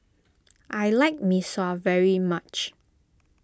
I like Mee Sua very much